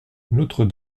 notre